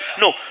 no